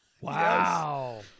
Wow